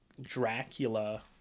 Dracula